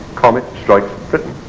comet strikes britain.